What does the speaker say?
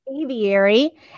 Aviary